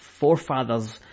forefathers